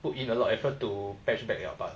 put in a lot of effort to patch back liao but